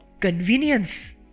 convenience